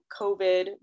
COVID